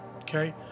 Okay